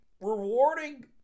rewarding